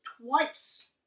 twice